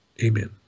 Amen